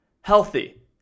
healthy